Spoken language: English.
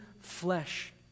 flesh